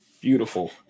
beautiful